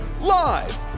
live